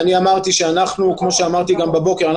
וכמו שאמרתי גם בבוקר,